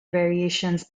variations